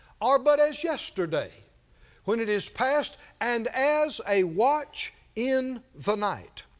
are but as yesterday when it is past, and as a watch in the night.